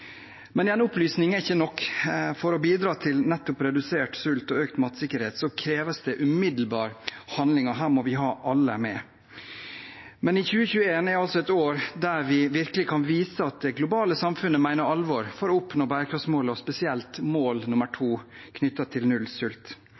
Men igjen: Opplysning er ikke nok. For å bidra til redusert sult og økt matsikkerhet kreves det umiddelbar handling, og her må vi ha alle med. 2021 er et år der vi virkelig kan vise at det globale samfunnet mener alvor med å oppnå bærekraftsmålene, og spesielt mål